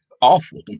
awful